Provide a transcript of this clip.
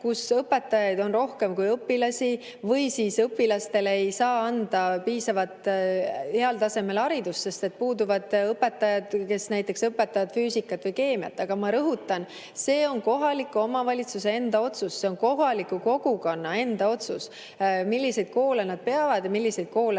kus õpetajaid on rohkem kui õpilasi või siis õpilastele ei saa anda piisavalt heal tasemel haridust, sest puuduvad õpetajad, kes õpetaksid näiteks füüsikat või keemiat. Aga ma rõhutan: see on kohaliku omavalitsuse enda otsus, see on kohaliku kogukonna enda otsus, milliseid koole nad peavad ja milliseid koole nad ei